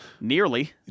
Nearly